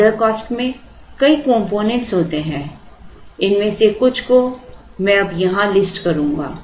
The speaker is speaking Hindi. ऑर्डर कॉस्ट में कई कंपोनेंट्स होते हैं जिनमें से कुछ को मैं अब यहां लिस्ट करूंगा